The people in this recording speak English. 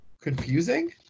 confusing